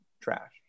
trash